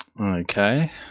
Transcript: Okay